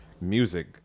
music